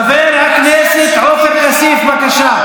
אתה תומך תורת גזע, חבר הכנסת עופר כסיף, בבקשה.